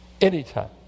Anytime